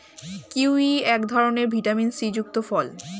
kiwi এক ধরনের vitamin C যুক্ত ফল